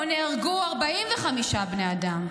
שבו נהרגו 45 בני אדם?